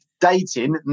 dating